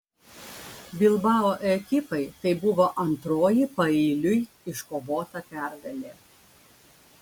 bilbao ekipai tai buvo antroji paeiliui iškovota pergalė